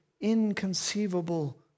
inconceivable